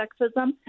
sexism